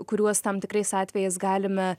kuriuos tam tikrais atvejais galime